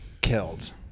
killed